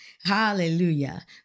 Hallelujah